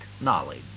knowledge